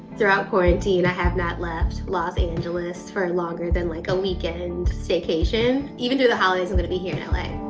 throughout quarantine, i have not left los angeles for longer than like a weekend staycation. even through the holidays, i'm gonna be here in and like